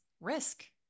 risk